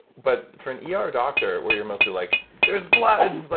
but for an yeah ah er doctor, where you're mostly like, there's blood,